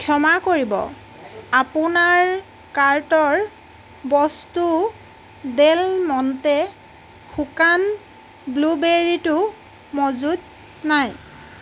ক্ষমা কৰিব আপোনাৰ কাৰ্টৰ বস্তু ডেল মণ্টে শুকান ব্লুবেৰিটো মজুত নাই